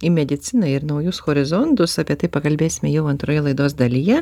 į mediciną ir naujus horizontus apie tai pakalbėsime jau antroje laidos dalyje